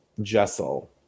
Jessel